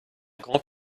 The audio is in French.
grand